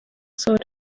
sort